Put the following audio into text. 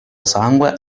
sangue